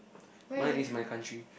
mine is my country